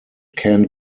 can